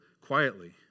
quietly